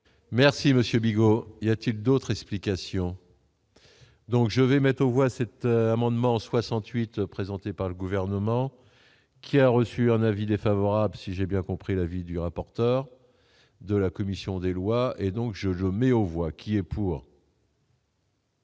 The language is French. Monsieur Bigot il y a-t-il d'autres explications. Donc, je vais mettre aux voix cet amendement 68 présenté par le gouvernement qui a reçu un avis défavorable, si j'ai bien compris l'avis du rapporteur de la commission des lois, et donc je je mets aux voix qui est pour.